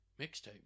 mixtape